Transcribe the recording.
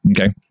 Okay